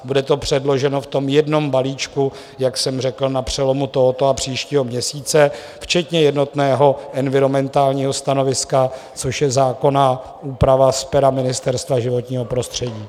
Bude to předloženo v jednom balíčku, jak jsem řekl, na přelomu tohoto a příštího měsíce, včetně jednotného environmentálního stanoviska, což je zákonná úprava z pera Ministerstva životního prostředí.